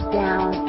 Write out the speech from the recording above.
down